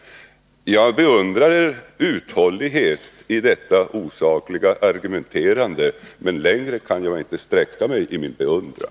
Jag beundrar er uthållighet i detta osakliga argumenterande, men längre kan jag inte sträcka mig i min beundran.